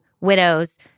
widows